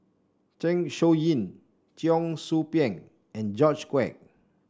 Zeng Shouyin Cheong Soo Pieng and George Quek